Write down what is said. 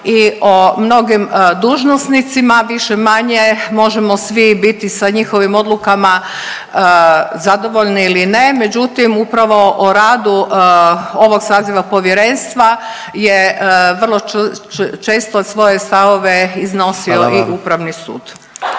i o mnogim dužnosnicima, više-manje možemo svi biti sa njihovim odlukama zadovoljni ili ne, međutim upravo o radu ovog saziva povjerenstva je vrlo često svoje stavove iznosio…/Upadica